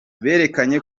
berekanye